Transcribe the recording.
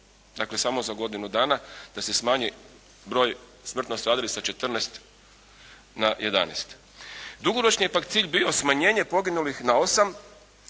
Dakle, samo za godinu dana da se smanji broj smrtno stradalih sa 14 na 11. Dugoročni je pak cilj bio smanjenje poginulih na 8